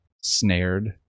snared